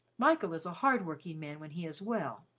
michael is a hard-working man when he is well,